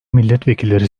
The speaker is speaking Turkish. milletvekilleri